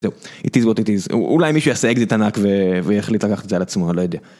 it is what it is אולי מישהו יעשה אקזיט ענק ויחליט לקחת את זה על עצמו לא יודע.